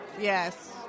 yes